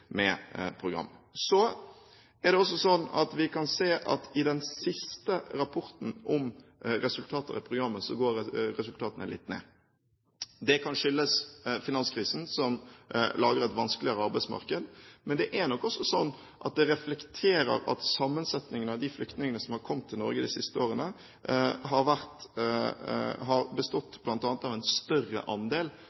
med program. I den siste rapporten om resultater av programmet går resultatene litt ned. Det kan skyldes finanskrisen som lager et vanskeligere arbeidsmarked, men det er nok også slik at det reflekterer at sammensetningen av de flyktningene som har kommet til Norge de siste årene, bl.a. har